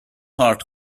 art